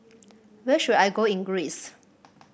where should I go in Greece